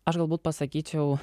aš galbūt pasakyčiau